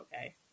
okay